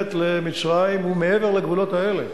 משלמת למצרים הוא מעבר לגבולות האלה,